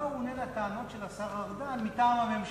מה הוא עונה על הטענות של השר ארדן מטעם הממשלה